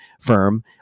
firm